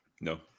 No